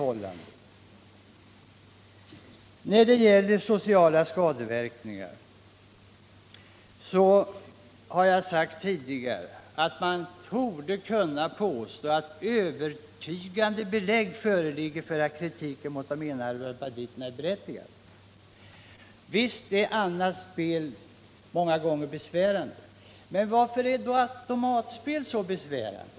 Om sociala skadeverkningar har jag tidigare sagt att man torde kunna påstå att övertygande belägg föreligger för att kritiken mot enarmade banditer är berättigad. Visst kan även andra spel vara besvärande, men varför är just automatspel så särskilt besvärande?